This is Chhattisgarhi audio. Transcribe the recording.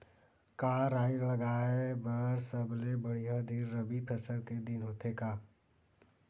का राई लगाय बर सबले बढ़िया दिन रबी फसल के दिन होथे का?